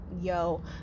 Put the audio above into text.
yo